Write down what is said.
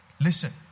listen